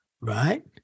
right